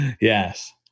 Yes